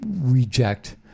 reject